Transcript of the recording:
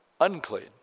unclean